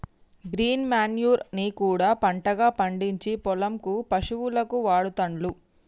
green manure ని కూడా పంటగా పండిచ్చి పొలం కు పశువులకు వాడుతాండ్లు